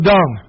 Dung